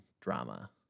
drama